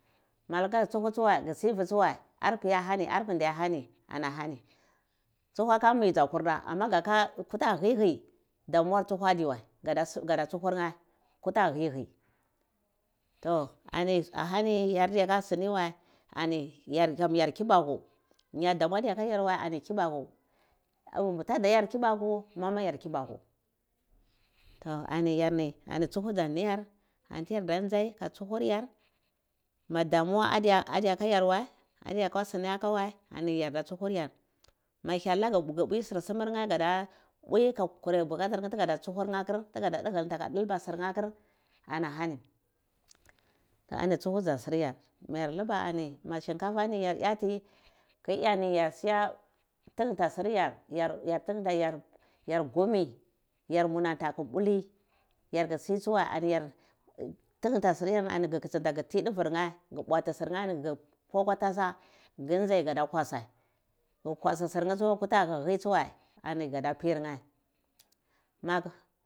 Ma gu luka tsufe tsuwai magu sive tsuwai arpae ma hani arpinda ma hani ana hani tshu akami dzafeorda ama teu ta gheh hyi damowar tsuhu adiwar gada tsuhur nheh kufa gleh hi hi to ahani yardiyoya sini wai yar kam yar kibaku nya damu adiyakar wai ani tuba ku tada yar kibatu mama yar kubatu to yarni tsuhuai dza niyar anyi yarda nzai ka tsuhuryar madamuwa adiyaka yarwai adiyaku silaka wai yarda tsuharyar ma hyal lagheh ga da pwi sir tsuruh neh yar gada pwi nir bukatar nleh nama tigo hurai tsuhu atir tigada digilnta ka dilba sir nheh akir anahani to ani tsuhu dza siryor mayor lulani ma shikafa yomi yor yati ku ya ni yar siya tugunta siryar yar bunmi yar monanta kubli yar kusi tsiwai ari dignta siryar ani gu ti duvir nheh gu bwati sirnheh anhi ga pwa fewa ntasa nzai nzai gada tewasai ga tewasai sir nheh tsu kuta gheh ku nzi tsoolai ani gada pir nheh